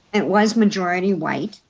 it was majority white,